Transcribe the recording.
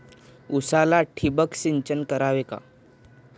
उसाला ठिबक सिंचन करावे का?